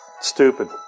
Stupid